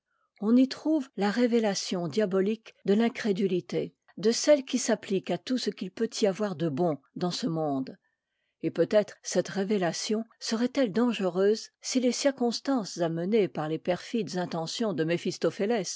on y trouve la révélation diabolique de l'incrédulité de celle qui s'applique à tout ce qu'il peut y avoir de bon dans ce monde et peut-être cette révélation serait-elle dangereuse si les circonstances amenées'par les perfides intentions de